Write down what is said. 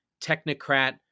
technocrat